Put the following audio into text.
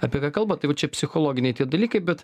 apie ką kalba tai va čia psichologiniai dalykai bet